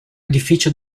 edificio